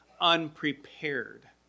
unprepared